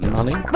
Money